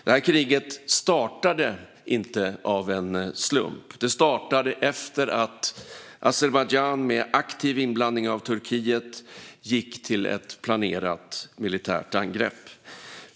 Det här kriget startade inte av en slump, utan det startade efter att Azerbajdzjan - med aktiv inblandning av Turkiet - gick till ett planerat militärt angrepp.